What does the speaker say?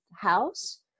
House